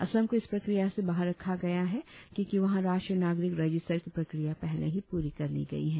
असम को इस प्रक्रिया से बाहर रखा गया है क्योंकि वहां राष्ट्रीय नागरिक रजिस्टर की प्रक्रिया पहले ही पूरी कर ली गई है